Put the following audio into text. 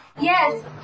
Yes